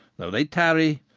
though they tarry,